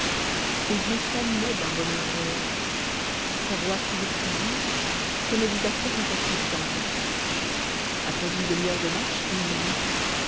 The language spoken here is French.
ses yeux s'animaient d'un bonheur réel sa voix toujours si douce prenait des accents encore plus tendres après une demi-heure de marche il lui dit